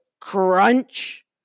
crunch